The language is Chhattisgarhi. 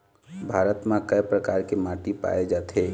भारत म कय प्रकार के माटी पाए जाथे?